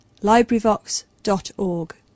libraryvox.org